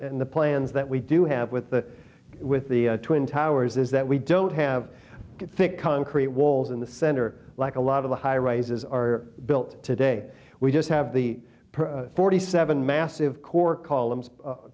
and the plans that we do have with the with the twin towers is that we don't have thick concrete walls in the center like a lot of the high rises are built today we just have the forty seven massive core columns